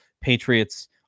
Patriots